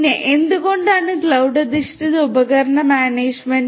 പിന്നെ എന്തുകൊണ്ടാണ് ക്ലൌഡ് അധിഷ്ഠിത ഉപകരണ മാനേജ്മെന്റ്